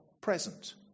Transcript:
present